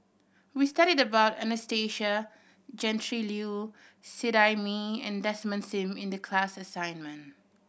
we studied about Anastasia Tjendri Liew Seet Ai Mee and Desmond Sim in the class assignment